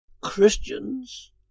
Christians